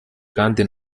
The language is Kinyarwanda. kandi